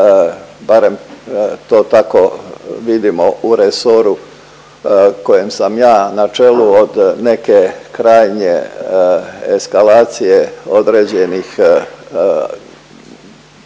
barem to tako vidimo u resoru kojem sam ja na čelu od neke krajnje eskalacije određenih dijela